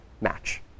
match